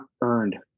earned